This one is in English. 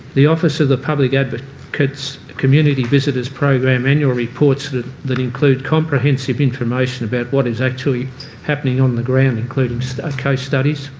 the office of the public and but advocate's community visitors program annual reports that that include comprehensive information about what is actually happening on the ground including so ah case studies,